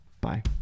Bye